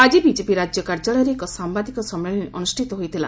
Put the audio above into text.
ଆକି ବିଜେପି ରାଜ୍ୟ କାର୍ଯ୍ୟାଳୟରେ ଏକ ସାମ୍ଘାଦିକ ସମ୍ମିଳନୀ ଅନୁଷ୍ଠିତ ହୋଇଥିଲା